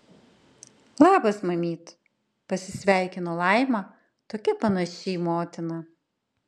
labas mamyt pasisveikino laima tokia panaši į motiną